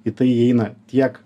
į tai įeina tiek